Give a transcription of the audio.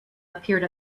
appeared